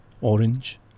orange